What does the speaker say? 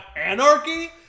anarchy